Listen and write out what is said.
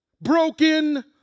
broken